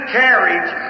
carriage